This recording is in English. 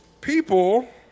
people